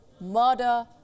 murder